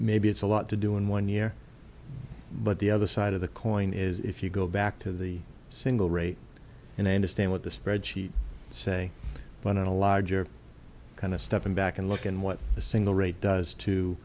maybe it's a lot to do in one year but the other side of the coin is if you go back to the single rate and i understand what the spread sheet say but in a larger kind of stepping back and look at what the single rate does to